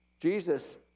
Jesus